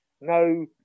No